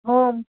हो